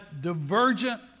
divergent